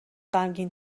غمگین